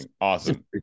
awesome